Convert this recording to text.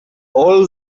all